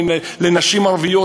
לנשים ערביות,